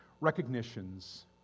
recognitions